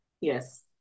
Yes